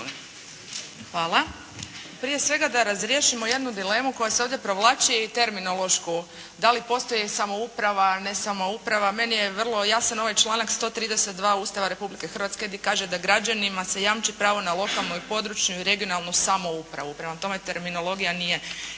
Hvala. Prije svega da razriješimo jednu dilemu koja se ovdje provlači i terminološku. Da li postoji samouprava a ne samo uprava? Meni je vrlo jasan ovaj članak 132. Ustava Republike Hrvatske gdje kaže da građanima se jamči pravo na lokalnu i područnu i regionalnu samoupravu. Prema tome terminologija nije